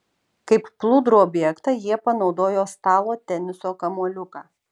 kaip plūdrų objektą jie panaudojo stalo teniso kamuoliuką